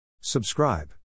Subscribe